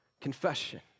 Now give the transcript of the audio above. confession